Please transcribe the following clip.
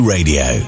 Radio